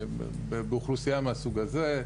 באוכלוסייה מהסוג הזה,